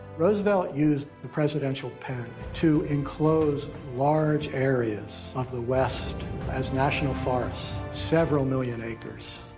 roosevelt used the presidential pen to enclose large areas of the west as national forests, several million acres.